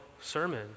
sermon